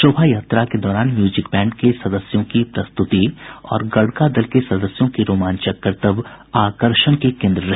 शोभा यात्रा के दौरान म्यूजिक बैंड के सदस्यों की प्रस्तुति और गडका दल के सदस्यों के रोमांचक करतब आकर्षण के केन्द्र रहे